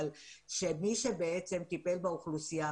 שמי שטיפל באוכלוסייה,